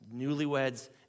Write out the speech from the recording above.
newlyweds